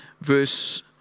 verse